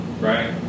Right